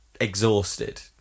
exhausted